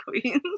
Queens